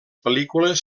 pel·lícules